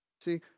See